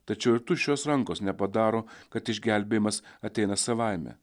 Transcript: tačiau ir tuščios rankos nepadaro kad išgelbėjimas ateina savaime